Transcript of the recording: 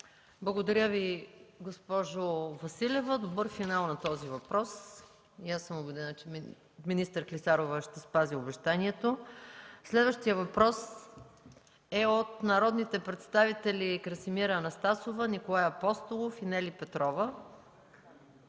Благодаря Ви, госпожо Василева. Добър финал на този въпрос. И аз съм убедена, че министър Клисарова ще спази обещанието. Следващият въпрос е от народните представители Красимира Анастасова, Николай Апостолов и Нели Петрова